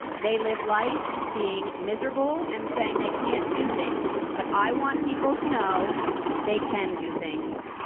they live life being miserable and saying they can't do things but i want people to know they can do things.